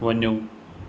वञो